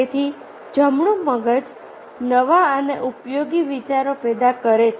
તેથી જમણું મગજ નવા અને ઉપયોગી વિચારો પેદા કરે છે